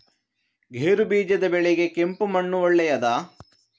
ಗೇರುಬೀಜದ ಬೆಳೆಗೆ ಕೆಂಪು ಮಣ್ಣು ಒಳ್ಳೆಯದಾ?